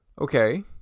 Okay